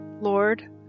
Lord